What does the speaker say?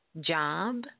job